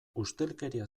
ustelkeria